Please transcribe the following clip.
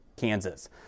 Kansas